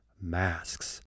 masks